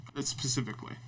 specifically